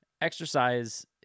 exercise